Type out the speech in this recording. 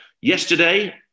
yesterday